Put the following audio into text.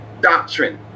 Doctrine